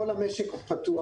כל המשק פתוח,